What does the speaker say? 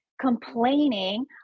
complaining